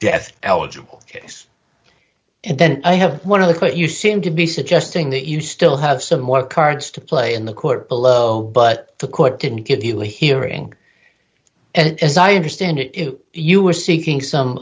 death eligible case and then i have one of the what you seem to be suggesting that you still have some more cards to play in the court below but the court can give you a hearing and as i understand it you were seeking some